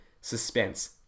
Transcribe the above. suspense